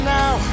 now